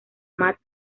matt